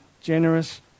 generous